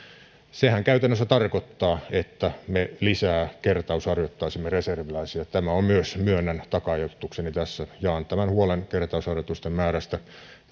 sehän käytännössä tarkoittaa että me lisää kertausharjoittaisimme reserviläisiä tämä on myös myönnän taka ajatukseni tässä jaan tämän huolen kertausharjoitusten määrästä tämä